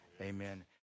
Amen